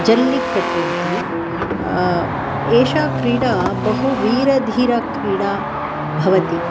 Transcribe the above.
जल्लिक्कट्टु इति एषा क्रीडा बहुवीरधीरक्रीडा भवति